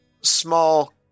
small